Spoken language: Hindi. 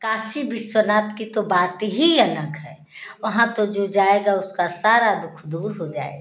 काशी विश्वनाथ की तो बात ही अलग है वहाँ तो जो जाएगा उसका सारा दुःख दूर हो जाएगा